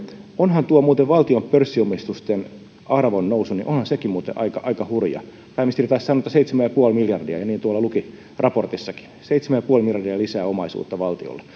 onhan tuo valtion pörssiomistusten arvon nousu sekin muuten aika aika hurja pääministeri taisi sanoa että seitsemän pilkku viisi miljardia ja niin tuolla luki raportissakin seitsemän pilkku viisi miljardia lisää omaisuutta valtiolle